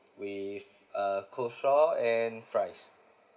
with uh coleslaw and fries